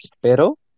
pero